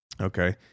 Okay